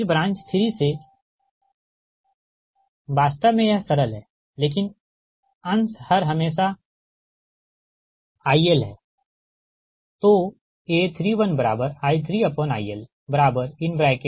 फिर ब्रांच 3 से वास्तव में यह सरल है लेकिन अंश हर हमेशा ILहै